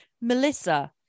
Melissa